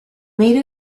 made